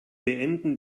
beenden